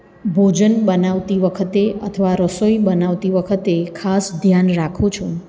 ભોજન બનાવતી વખતે અથવા રસોઈ બનાવતી વખતે ખાસ ધ્યાન રાખું છું